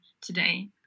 today